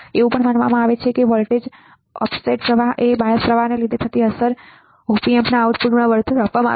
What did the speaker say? એવું પણ માનવામાં આવે છે કે ઑફસેટ પ્રવાહ અને બાયસ પ્રવાહને લીધે થતી અસર op ampના આઉટપુટને વળતર આપવામાં આવે છે